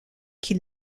qui